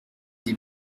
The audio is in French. des